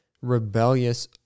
rebellious